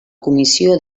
comissió